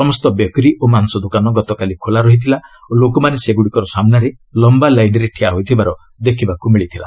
ସମସ୍ତ ବେକରୀ ଓ ମାଂସଦୋକାନ ଗତକାଲି ଖୋଲା ରହିଥିଲା ଓ ଲୋକମାନେ ସେଗୁଡ଼ିକ ସାମ୍ନାରେ ଲମ୍ଭା ଲାଇନ୍ରେ ଠିଆ ହୋଇଥିବାର ଦେଖିବାକୁ ମିଳିଥିଲା